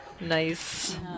Nice